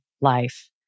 life